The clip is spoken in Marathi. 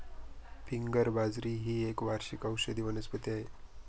फिंगर बाजरी ही एक वार्षिक औषधी वनस्पती आहे